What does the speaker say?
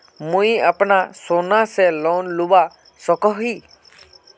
मुई अपना सोना से लोन लुबा सकोहो ही?